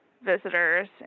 visitors